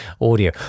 audio